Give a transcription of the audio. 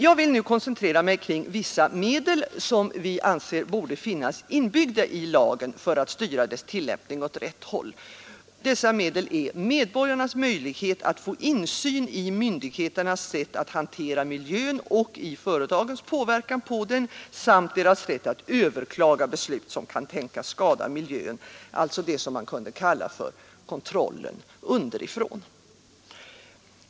Jag vill nu koncentrera mig kring vissa medel, som vi anser borde finnas inbyggda i lagen, för att styra dess tillämpning åt rätt håll. Dessa medel är medborgarnas möjlighet att få insyn i myndigheternas sätt att hantera miljön och i företagens påverkan på den samt deras rätt att överklaga beslut som kan tänkas skada miljön. Alltså det som man kunde kalla kontrollen underifrån.